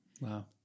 Wow